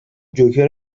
جوکر